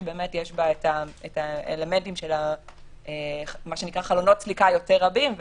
שבאמת יש בה את האלמנטים של חלונות סליקה רבים יותר